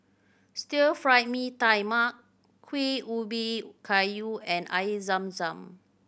Stir Fry Mee Tai Mak Kuih Ubi Kayu and Air Zam Zam